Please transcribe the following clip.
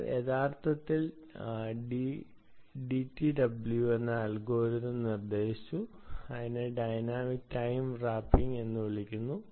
അവർ യഥാർത്ഥത്തിൽ ഡിടിഡബ്ല്യു എന്ന അൽഗോരിതം നിർദ്ദേശിച്ചു അതിനെ ഡൈനാമിക് ടൈം വാർപ്പിംഗ് എന്ന് വിളിക്കുന്നു